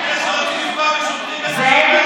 (קוראת בשמות חברי הכנסת) ינון